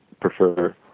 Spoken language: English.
prefer